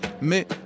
mais